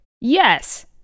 Yes